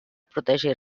protegir